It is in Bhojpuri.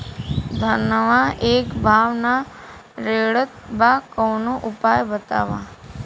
धनवा एक भाव ना रेड़त बा कवनो उपाय बतावा?